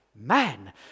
Man